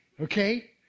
okay